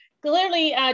clearly